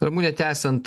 ramune tęsiant